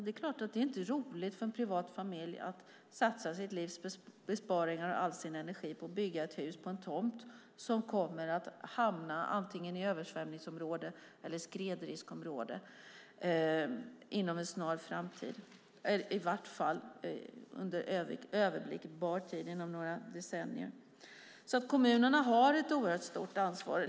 Det är klart att det inte är roligt för en familj att satsa sitt livs besparingar och all sin energi på att bygga ett hus på en tomt som kommer att hamna antingen i ett översvämningsområde eller i ett skredriskområde inom en snar framtid, åtminstone under överblickbar tid inom några decennier. Kommunerna har därför ett oerhört stort ansvar.